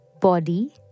body